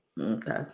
Okay